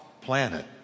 planet